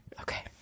Okay